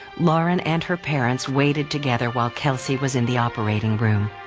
lauren and her parents waited together while kelsey was in the operating room.